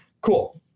cool